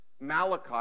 Malachi